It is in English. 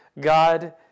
God